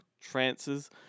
Trances